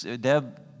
Deb